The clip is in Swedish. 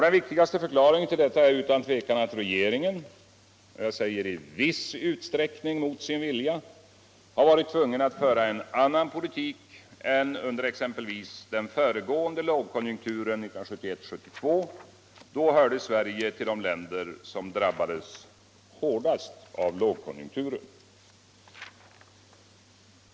Den viktigaste förklaringen till detta är utan tvivel att regeringen — i viss utsträckning mot sin egen vilja — varit tvungen att föra en annan politik än under exempelvis den föregående lågkonjunkturen 1971-1972. Då hörde Sverige till de länder som drabbades hårdast av lågkonjunkturen.